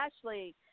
Ashley